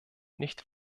nicht